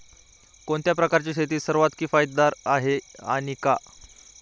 कोणत्या प्रकारची शेती सर्वात किफायतशीर आहे आणि का?